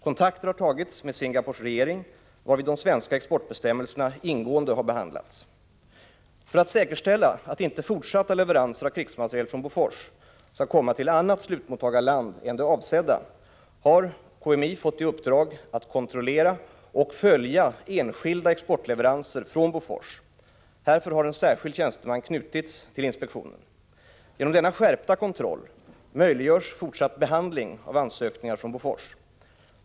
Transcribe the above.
Kontakter har tagits med Singapores regering, varvid de svenska exportbestämmelserna ingående behandlats. För att säkerställa att inte fortsatta leveranser av krigsmateriel från Bofors skall komma till annat slutmottagarland än det avsedda har KMI fått i uppdrag att kontrollera och följa enskilda exportleveranser från Bofors. Härför har en särskild tjänsteman knutits till inspektionen. Genom denna skärpta kontroll möjliggörs fortsatt behandling av ansökningar från Bofors.